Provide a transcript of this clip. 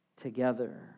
together